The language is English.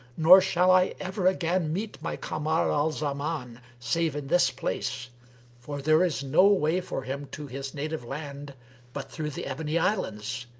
nor shall i ever again meet my kamar al zaman save in this place for there is no way for him to his native land but through the ebony islands.